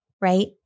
right